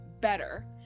better